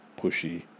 pushy